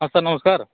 ହଁ ସାର୍ ନମସ୍କାର